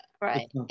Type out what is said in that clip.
right